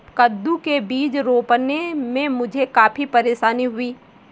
कद्दू के बीज रोपने में मुझे काफी परेशानी हुई